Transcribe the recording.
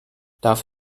darf